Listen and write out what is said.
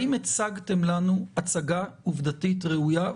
הצגתם לנו הצגה עובדתית ראויה?